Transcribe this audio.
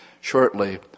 shortly